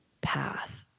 path